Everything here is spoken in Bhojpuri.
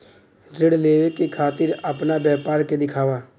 ऋण लेवे के खातिर अपना व्यापार के दिखावा?